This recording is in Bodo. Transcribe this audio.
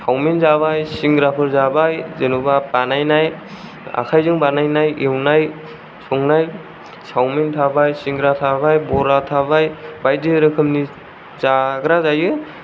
चाउमिन जाबाय सिंग्राफोर जाबाय जेन'बा बानायनाय आखायजों बानायनाय एवनाय संनाय चाउमिन थाबाय सिंग्रा थाबाय बरा थाबाय बायदि रोखोमनि जाग्रा जायो